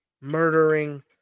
murdering